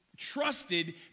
trusted